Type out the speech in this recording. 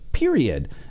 period